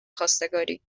خواستگاری